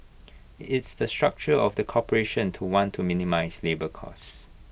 it's the structure of the corporation to want to minimise labour costs